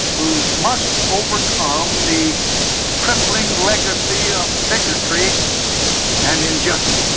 who must overcome the crippling legacy yeah of bigotry and injustice.